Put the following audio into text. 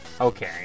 Okay